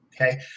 Okay